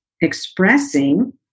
expressing